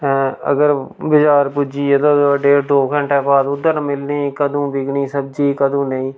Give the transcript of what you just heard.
हैं अगर बजार पुज्जियै तां डेढ़ दो घैंटें बाद उद्धर मिलनी कदूं बिकनी सब्जी कदूं नेईं